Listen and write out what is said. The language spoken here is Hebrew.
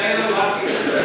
סליחה, אולי לא הבהרתי את עצמי.